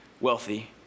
wealthy